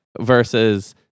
versus